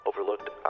overlooked